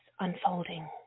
unfolding